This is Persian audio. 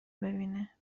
ببینه